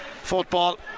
football